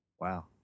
Wow